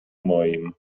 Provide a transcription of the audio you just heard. moim